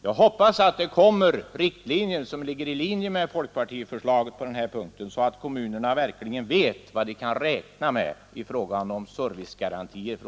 Jag hoppas att det kommer riktlinjer som överensstämmer med folkpartiförslaget på denna punkt, så att kommunerna verkligen vet vad de från statligt håll kan räkna med i fråga om servicegarantier.